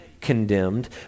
condemned